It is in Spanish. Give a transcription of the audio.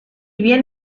bien